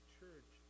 church